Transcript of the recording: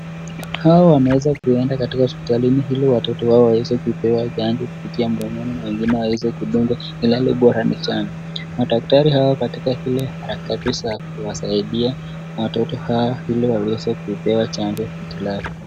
Hawa wanaweza kuenda katika hospitalini ili watoto wao waweze kupata chanjo, kupitia mdomoni wengine wawezwe kudungwa ila bora ni chanjo, madaktari hawa wako katika ile hali ya kuwa saidia, watoto hawa ili waweze kupewa chanjo.